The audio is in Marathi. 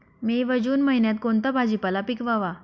मे व जून महिन्यात कोणता भाजीपाला पिकवावा?